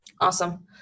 Awesome